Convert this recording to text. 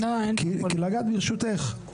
כי ברשותך,